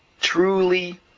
truly